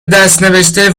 دستنوشته